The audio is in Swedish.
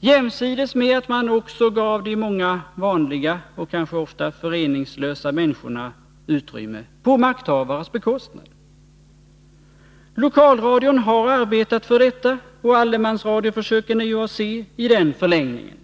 jämsides med att man också gav de många vanliga och kanske ofta föreningslösa människorna utrymme på makthavares bekostnad. Lokalradion har arbetat för detta, och allemansradioförsöken är att se i den förlängningen.